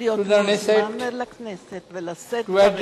להיות מוזמן לכנסת ולשאת דברים